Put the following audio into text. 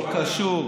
לא קשור.